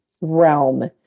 realm